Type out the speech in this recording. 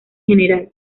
general